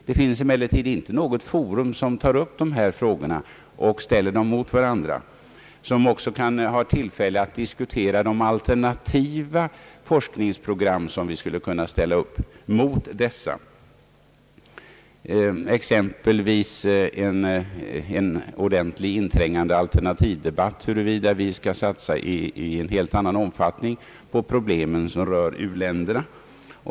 Det finns emellertid inte något forum, som tar upp dessa frågor och ställer dem mot varandra och som också har tillfälle att diskutera de alternativa forskningsprogram, som vi skulle kunna ställa upp emot dessa, exempelvis en ordentlig inträngande alternativdebatt huruvida vi skall satsa i en helt annan omfattning på problemen som rör u-länderna.